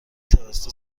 توسط